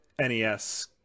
NES